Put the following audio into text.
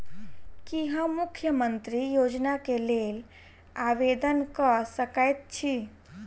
की हम मुख्यमंत्री योजना केँ लेल आवेदन कऽ सकैत छी?